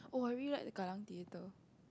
oh I really liked the Kallang theatre